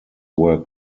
were